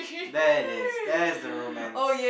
there it is there is the romance